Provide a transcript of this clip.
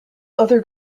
other